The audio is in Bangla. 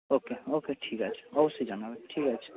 ওকে ওকে ঠিক আছে অবশ্যই জানাবেন ঠিক আছে